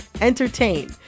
entertain